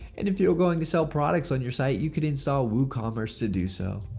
and if you are going to sell products on your site, you can install woocommerce to do so.